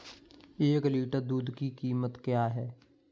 एक लीटर दूध की कीमत क्या है?